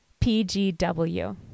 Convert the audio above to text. .pgw